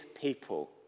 people